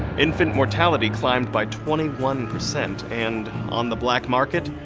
infant mortality climbed by twenty one percent and, on the black market,